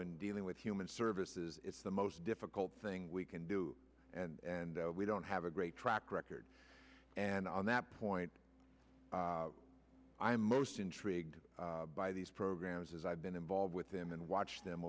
and dealing with human services is the most difficult thing we can do and we don't have a great track record and on that point i am most intrigued by these programs as i've been involved with him and watch them